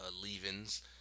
leavings